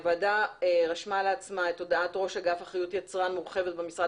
הוועדה רשמה לעצמה את הודעת ראש אגף אחריות יצרן מורחבת במשרד